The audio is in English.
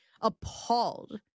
appalled